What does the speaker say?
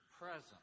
present